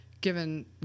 given